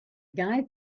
guy